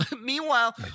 Meanwhile